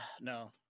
no